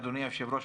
אדוני היושב ראש,